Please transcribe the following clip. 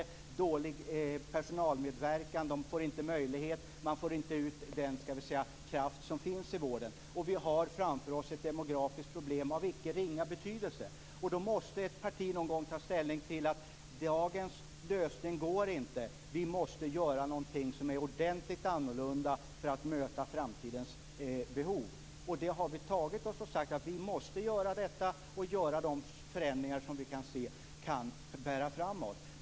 Vi har dålig personalmedverkan, de får inte möjligheten. Man får inte ut den kraft som finns i vården. Och vi har framför oss ett demografiskt problem av icke ringa betydelse. Då måste ett parti någon gång ta ställning till att dagens lösning inte fungerar utan att vi måste göra något som är ordentligt annorlunda för att möta framtidens behov. Och det har vi gjort och sagt att vi måste göra de förändringar som vi kan se bära framåt.